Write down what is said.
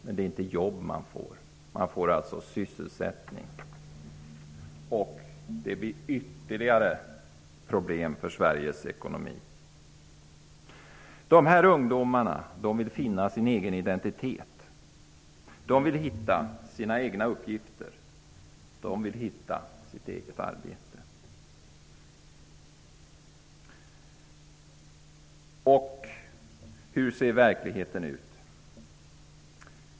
Men det är inte jobb de får; det är sysselsättning. Det blir ytterligare prolem för Sveriges ekonomi. Ungdomarna vill finna sin identitet. De vill hitta sina egna uppgifter. De vill hitta sitt eget arbete. Hur ser verkligheten ut?